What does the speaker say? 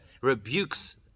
rebukes